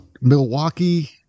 Milwaukee